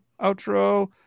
outro